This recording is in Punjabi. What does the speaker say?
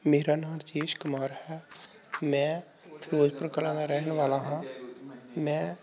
ਮੇਰਾ ਨਾਮ ਰਜੇਸ਼ ਕੁਮਾਰ ਹੈ ਮੈਂ ਫਿਰੋਜ਼ਪੁਰ ਕਲਾਂ ਦਾ ਰਹਿਣ ਵਾਲਾ ਹਾਂ ਮੈਂ